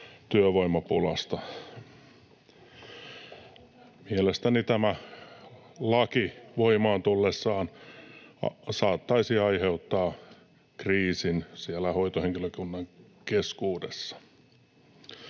työvoimapulasta. Mielestäni tämä laki voimaan tullessaan saattaisi aiheuttaa kriisin siellä hoitohenkilökunnan keskuudessa.